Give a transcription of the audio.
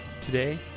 Today